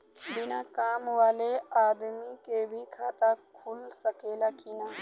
बिना काम वाले आदमी के भी खाता खुल सकेला की ना?